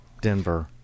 Denver